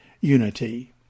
unity